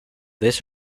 this